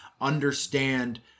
understand